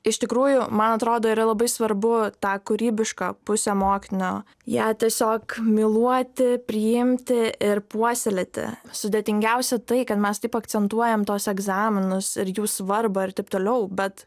iš tikrųjų man atrodo yra labai svarbu tą kūrybišką pusę mokinio ją tiesiog myluoti priimti ir puoselėti sudėtingiausia tai kad mes taip akcentuojam tuos egzaminus ir jų svarbą ir taip toliau bet